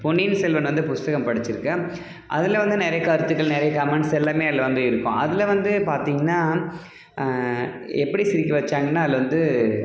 பொன்னியின் செல்வன் வந்து புஸ்தகம் படிச்சுருக்கேன் அதில் வந்து நிறைய கருத்துக்கள் நிறைய கமெண்ட்ஸ் எல்லாமே அதில் வந்து இருக்கும் அதில் வந்து பார்த்தீங்கன்னா எப்படி சிரிக்க வச்சாங்கன்னா அதில் வந்து